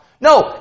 No